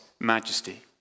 majesty